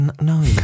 No